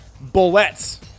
bullets